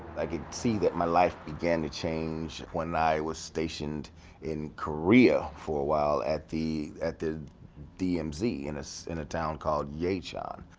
i could see that my life began to change when i was stationed in korea for a while at the at the dmz in this town called yay chan.